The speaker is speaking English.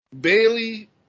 Bailey